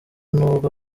nubwo